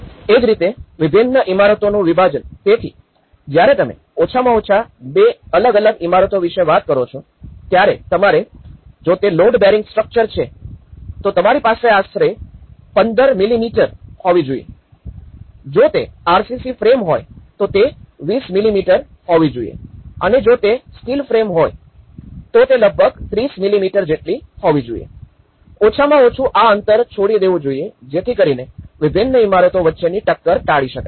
એ જ રીતે વિભિન્ન ઇમારતોનું વિભાજન તેથીજ જ્યારે તમે ઓછામાં ઓછા બે અલગ અલગ ઇમારતો વિશે વાત કરો છો ત્યારે તમારે જો તે લોડ બેરિંગ સ્ટ્રક્ચર છે તો તમારી પાસે આશરે ૧૫ મીમી હોવી જોઈએ અને જો તે આરસીસી ફ્રેમ હોય તો તે ૨૦ મીમી હોવી જોઈએ અને જો તે સ્ટીલ ફ્રેમ છે તો તે લગભગ ૩૦ મીમી જેટલી હોવી જોઈએ ઓછામાં ઓછું આ અંતર છોડી દેવું જોઈએ જેથી કરીને વિભિન્ન ઇમારતો વચ્ચેની ટક્કર ટાળી શકાય